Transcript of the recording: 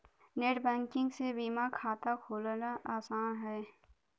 net banking से बीमा खाता खोलना आसान हौ